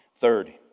Third